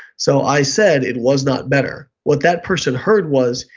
so i said it was not better. what that person heard was,